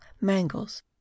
Mangles